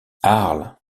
arles